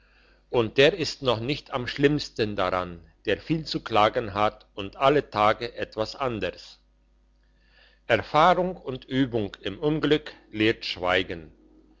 und der ist noch nicht am schlimmsten daran der viel zu klagen hat und alle tage etwas anders erfahrung und übung im unglück lehrt schweigen